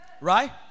Right